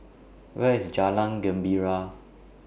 Where IS Jalan Gembira